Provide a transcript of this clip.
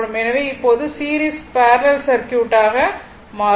எனவே இப்போது series parallel circuit ஆகும்